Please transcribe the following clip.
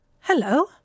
Hello